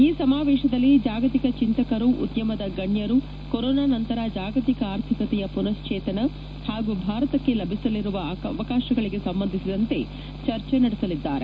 ಈ ಸಮಾವೇಶದಲ್ಲಿ ಜಾಗತಿಕ ಚಿಂತಕರು ಉದ್ದಮದ ಗಣ್ಣರು ಕೊರೋನಾ ನಂತರ ಜಾಗತಿಕ ಅರ್ಥಿಕತೆಯ ಮನಸ್ಸೇತನ ಪಾಗೂ ಭಾರತಕ್ಷೆ ಲಭಿಸಲಿರುವ ಅವಕಾಶಗಳಿಗೆ ಸಂಬಂಧಿಸಿದಂತೆ ಜರ್ಜೆ ನಡೆಸಲಿದ್ದಾರೆ